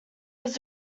was